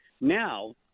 Now